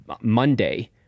Monday